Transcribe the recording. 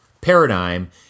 paradigm